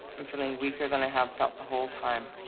i'm feeling weaker than i have felt the whole time.